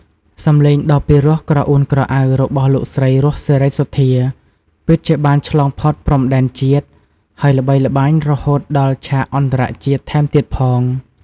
សំឡេងដ៏ពីរោះក្រអួនក្រអៅរបស់លោកស្រី រស់ សេរីសុទ្ធា ពិតជាបានឆ្លងផុតព្រំដែនជាតិ ហើយល្បីល្បាញរហូតដល់ ឆាកអន្តរជាតិ ថែមទៀតផង។